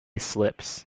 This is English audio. slips